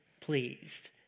pleased